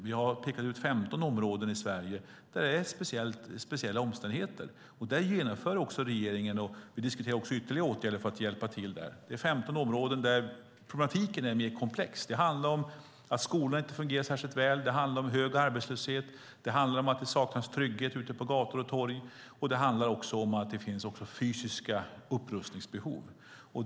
Vi har pekat ut 15 områden i Sverige där det är speciella omständigheter. Där genomför och diskuterar regeringen ytterligare åtgärder för att hjälpa till. Det är 15 områden där problematiken är mer komplex. Det handlar om att skolorna inte fungerar särskilt väl, det handlar om hög arbetslöshet, det handlar om att det saknas trygghet ute på gator och torg och det handlar om att det finns fysiska upprustningsbehov.